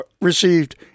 received